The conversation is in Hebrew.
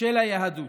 של היהדות.